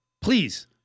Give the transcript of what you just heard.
Please